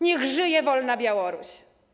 Niech żyje wolna Białoruś!